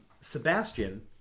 Sebastian